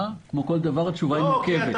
כמו כל דבר, התשובה מורכבת.